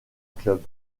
club